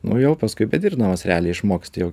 nu jau paskui bedirbdamas realiai išmoksti jau